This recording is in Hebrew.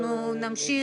אנחנו נמשיך,